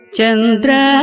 Chandra